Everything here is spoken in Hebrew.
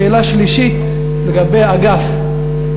השאלה השלישית, לגבי האגף.